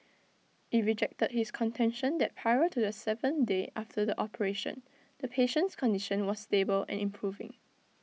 IT rejected his contention that prior to the seventh day after the operation the patient's condition was stable and improving